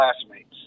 classmates